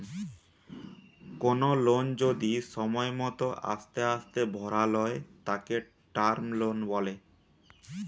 কোনো লোন যদি সময় মতো আস্তে আস্তে ভরালয় তাকে টার্ম লোন বলে